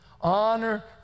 Honor